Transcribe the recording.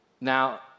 Now